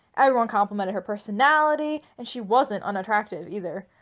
everyone complimented her personality and she wasn't unattractive either.